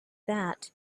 that